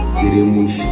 teremos